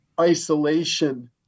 isolation